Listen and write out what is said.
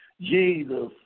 Jesus